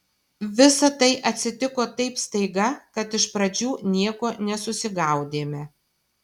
visa tai atsitiko taip staiga kad iš pradžių nieko nesusigaudėme